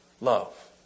Love